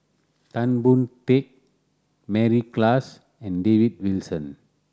Tan Boon Teik Mary Klass and David Wilson